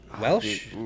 welsh